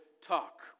talk